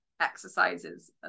exercises